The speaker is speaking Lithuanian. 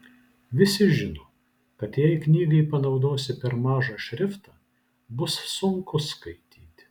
visi žino kad jei knygai panaudosi per mažą šriftą bus sunku skaityti